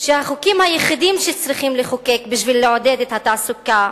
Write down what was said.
שהחוקים היחידים שצריכים לחוקק בשביל לעודד את התעסוקה,